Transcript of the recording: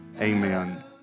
amen